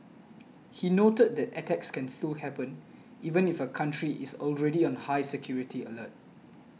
he noted that attacks can still happen even if a country is already on high security alert